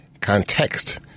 context